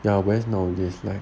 ya whereas nowadays like